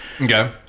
Okay